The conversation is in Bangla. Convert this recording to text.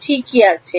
তো ঠিক আছে